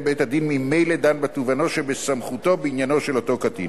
בית-הדין ממילא דן בתובענה שבסמכותו בעניינו של אותו קטין.